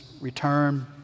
return